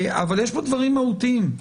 אבל יש פה דברים מהותיים.